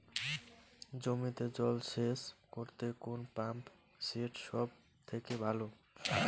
জমিতে জল সেচ করতে কোন পাম্প সেট সব থেকে ভালো?